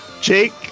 Jake